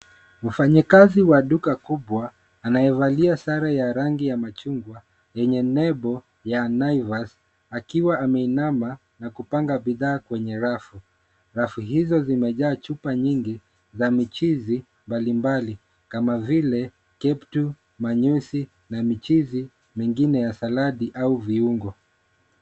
Mfanyikazi wa duka kubwa anayevalia sare ya rangi ya machungwa yenye nembo ya cs[Naivas]cs akiwa ameinama na kupanga bidhaa kwenye rafu. Rafu hizo zimejaa chupa nyingi za michizi mbalimbali kama vile keptu, manyuzi na michizi mingine ya saladi au viungo.